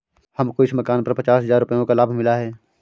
हमको इस मकान पर पचास हजार रुपयों का लाभ मिला है